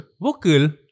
Vocal